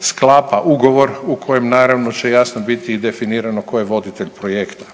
sklapa ugovor u kojem naravno će jasno biti i definirano tko je voditelj projekta.